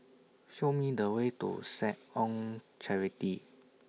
Show Me The Way to Seh Ong Charity